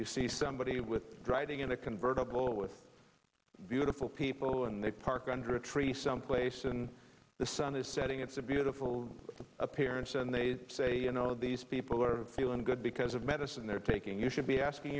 you see somebody with driving in a convertible with beautiful people in a park under a tree someplace and the sun is setting it's a beautiful appearance and they say you know these people are feeling good because of medicine they're taking you should be asking